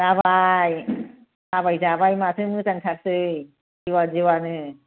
जाबाय थाबाय जाबाय माथो मोजांथारसै दिवा दिवानो